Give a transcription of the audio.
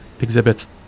exhibits